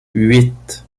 huit